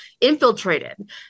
infiltrated